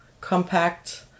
compact